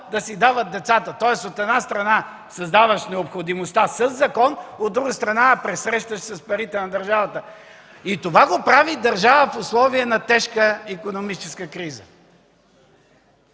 да си дават децата?! От една страна, създаваш необходимостта със закон, от друга страна, пресрещаш с парите на държавата. И това го прави държавата в условията на тежка икономическа криза